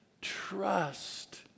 trust